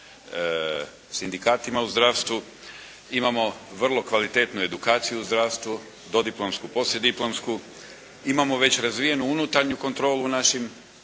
sindikatima u zdravstvu, imamo vrlo kvalitetnu edukaciju u zdravstvu, dodiplomsku, poslijediplomsku, imamo već razvijenu unutarnju kontrolu u našim